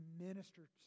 ministers